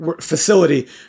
facility